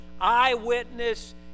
eyewitness